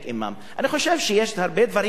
אני חושב שיש גם הרבה דברים דומים,